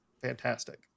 fantastic